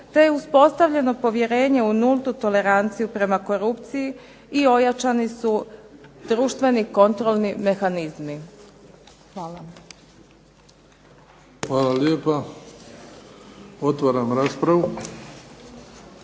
te je uspostavljeno povjerenje u nultu toleranciju prema korupciji i ojačani su društveni kontrolni mehanizmi. Hvala. **Bebić, Luka (HDZ)** Hvala lijepa. Otvaram raspravu.